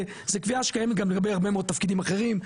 וזה קביעה שקיימת גם לגבי הרבה מאוד תפקידים אחרים,